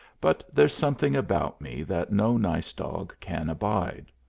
but there's something about me that no nice dog can abide.